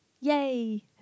Yay